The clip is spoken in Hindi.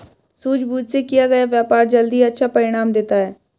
सूझबूझ से किया गया व्यापार जल्द ही अच्छा परिणाम देता है